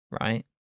right